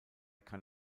kann